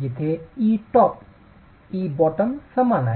जिथे etop ebottom समान आहे